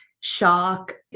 shock